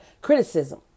criticism